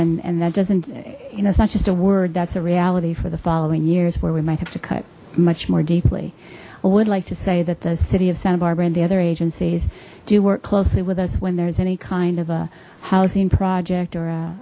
and and that doesn't you know it's not just a word that's a reality for the following years where we might have to cut much more deeply we'd like to say that the city of santa barbara and the other agencies do work closely with us when there's any kind of a housing project or a